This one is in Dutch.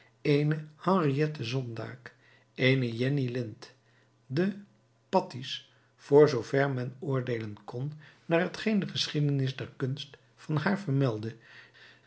henriette sonntag eene jenny lind de patti's voor zoo ver men oordeelen kon naar hetgeen de geschiedenis der kunst van haar vermeldde